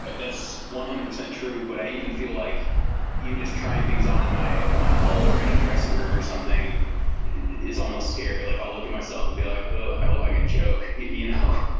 and that's one hundred percent true but i even feel like even just trying things on in my and my home or in a dressing room or something is almost scary. like i'll look at myself and be like ah i look like a joke, you know?